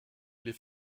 les